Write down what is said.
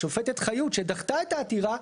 השופטת חיות שדחתה את העתירה,